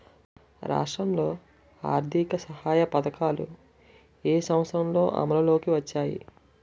రాష్ట్రంలో ఆర్థిక సహాయ పథకాలు ఏ సంవత్సరంలో అమల్లోకి వచ్చాయి?